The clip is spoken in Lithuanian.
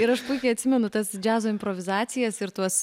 ir aš puikiai atsimenu tas džiazo improvizacijas ir tuos